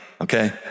Okay